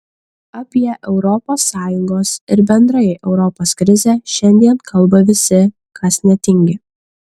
apie europos sąjungos ir bendrai europos krizę šiandien kalba visi kas netingi